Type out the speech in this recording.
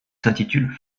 s’intitule